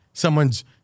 someone's